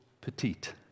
petite